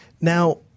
Now